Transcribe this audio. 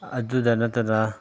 ꯑꯗꯨꯗ ꯅꯠꯇꯅ